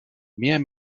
mehr